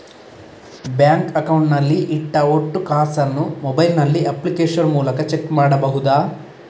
Bank account ನಲ್ಲಿ ಇಟ್ಟ ಒಟ್ಟು ಕಾಸನ್ನು ಮೊಬೈಲ್ ನಲ್ಲಿ ಅಪ್ಲಿಕೇಶನ್ ಮೂಲಕ ಚೆಕ್ ಮಾಡಬಹುದಾ?